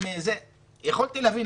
הייתי יכול להבין,